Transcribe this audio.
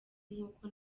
nk’uko